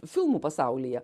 filmų pasaulyje